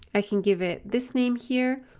i can give it this name here,